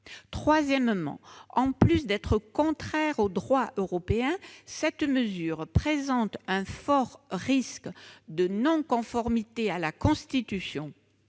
Troisièmement, en plus d'être contraire au droit européen, cette mesure présente un fort risque de non-conformité à la Constitution.